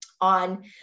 on